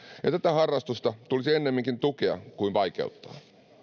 ja tätä harrastusta tulisi ennemminkin tukea kuin vaikeuttaa